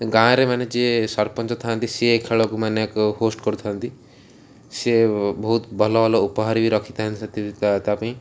ଗାଁ'ରେ ମାନେ ଯିଏ ସରପଞ୍ଚ ଥାଆନ୍ତି ସିଏ ଏଇ ଖେଳକୁ ମାନେ ଏକ ହୋଷ୍ଟ୍ କରୁଥାନ୍ତି ସିଏ ବହୁତ ଭଲ ଭଲ ଉପହାର ବି ରଖିଥାନ୍ତି ସେଥି ତା ପାଇଁ